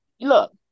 look